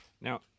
now